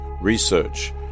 research